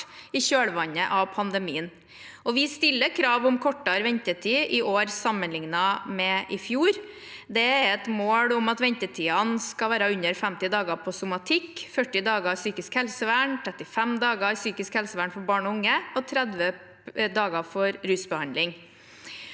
i kjølvannet av pandemien. Vi stiller krav om kortere ventetid i år sammenlignet med i fjor. Det er et mål om at ventetidene skal være under 50 dager for somatikk, 40 dager i psykisk helsevern for voksne, 35 dager i psykisk helsevern for barn og unge og 30 dager for rusbehandling.